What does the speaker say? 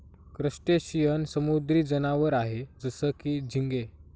crustacean समुद्री जनावर आहे जसं की, झिंगे